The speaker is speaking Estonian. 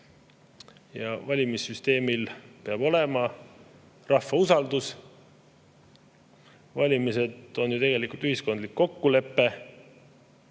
Valimissüsteemil peab olema rahva usaldus. Valimised on ju tegelikult ühiskondlik kokkulepe,